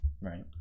Right